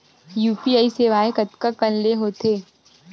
UPI सेवाएं कतका कान ले हो थे?